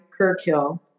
Kirkhill